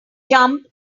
jump